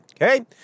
okay